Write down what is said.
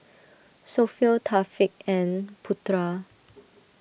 Sofea Taufik and Putra